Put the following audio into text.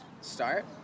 start